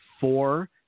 four